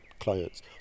Clients